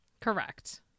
Correct